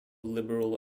liberal